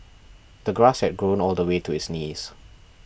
the grass had grown all the way to his knees